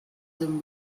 them